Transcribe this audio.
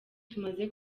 tumaze